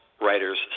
writers